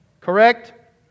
Correct